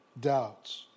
doubts